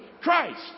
Christ